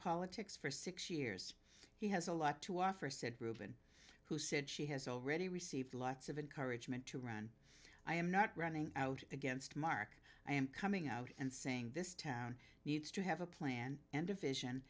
politics for six years he has a lot to offer said ruben who said she has already received lots of encouragement to run i am not running out against mark i am coming out and saying this town needs to have a plan and a vision